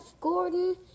Gordon